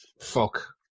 fuck